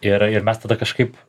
ir ir mes tada kažkaip